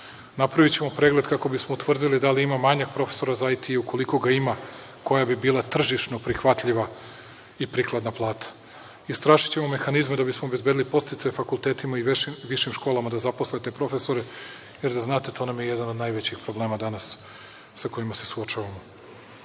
Napravićemo pregled kako bi smo utvrdili da li ima manjak profesora za IT i ukoliko ga ima koja bi bila tržišno prihvatljiva i prikladna plata. Istražićemo mehanizme da bi smo obezbedili podsticaj fakultetima i višim školama da zaposle te profesore, jer da znate to nam je jedan od najvećih problema danas sa kojima se suočavamo. Takođe